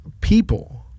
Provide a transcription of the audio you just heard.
people –